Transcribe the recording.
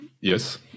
yes